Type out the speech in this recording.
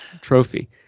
Trophy